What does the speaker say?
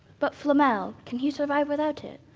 but flamel, can he survive without it?